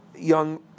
young